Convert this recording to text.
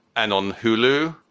and on hulu,